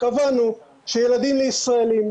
קבענו שילדים לישראלים,